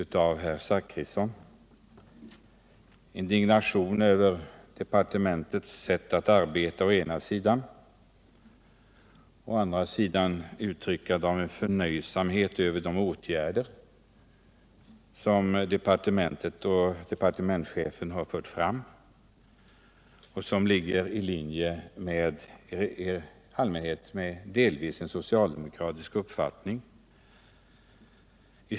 Man uttalar å ena sidan indignation över departementets sätt att arbeta, medan man å andra sidan uttrycker förnöjsamhet över de åtgärder som departementet och departementschefen har fört fram och som ligger i linje, åtminstone delvis, med den socialdemokratiska uppfattningen.